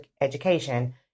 education